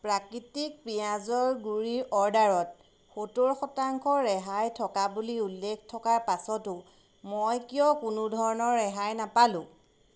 প্ৰাকৃতিক পিঁয়াজৰ গুড়িৰ অৰ্ডাৰত সত্তৰ শতাংশ ৰেহাই থকা বুলি উল্লেখ থকাৰ পাছতো মই কিয় কোনো ধৰণৰ ৰেহাই নাপালোঁ